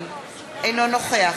אינו נוכח